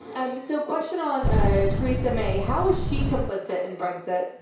um, so question on ah theresa may. how was she complicit in brexit?